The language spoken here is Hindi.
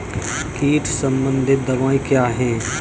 कीट संबंधित दवाएँ क्या हैं?